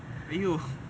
!aiyo!